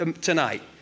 tonight